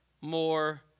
more